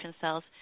cells